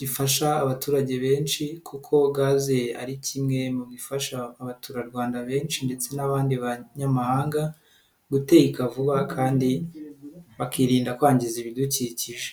gifasha abaturage benshi kuko gaze ari kimwe mu bifasha abaturarwanda benshi ndetse n'abandi banyamahanga, guteka vuba kandi bakirinda kwangiza ibidukikije.